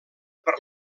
per